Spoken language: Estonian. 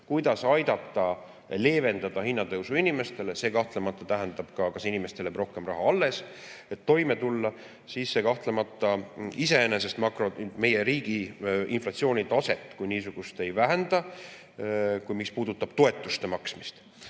kuidas aidata leevendada hinnatõusu mõju inimestele. See kahtlemata tähendab ka, kas inimestele jääb rohkem raha alles, et toime tulla. See kahtlemata iseenesest meie riigi inflatsioonitaset kui niisugust ei vähenda, kui [peame silmas] toetuste maksmist.